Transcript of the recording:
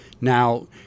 Now